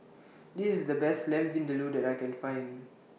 This IS The Best Lamb Vindaloo that I Can Find